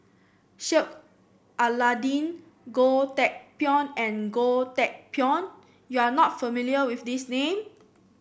Sheik Alau'ddin Goh Teck Phuan and Goh Teck Phuan you are not familiar with these name